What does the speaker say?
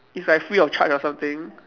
it's like free of charge or something